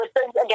again